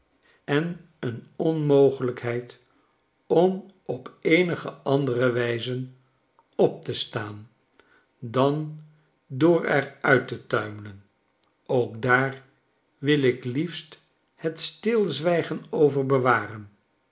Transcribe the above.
en een onmogelijkheid om op eenige andere wijze op te staan dan door er uit te tuimelen ook daar wil ik liefst het stilzwijgen overbcwaren